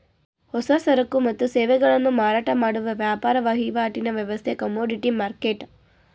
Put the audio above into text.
ಹೊಸ ಸರಕು ಮತ್ತು ಸೇವೆಗಳನ್ನು ಮಾರಾಟ ಮಾಡುವ ವ್ಯಾಪಾರ ವಹಿವಾಟಿನ ವ್ಯವಸ್ಥೆ ಕಮೋಡಿಟಿ ಮರ್ಕೆಟ್